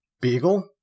Beagle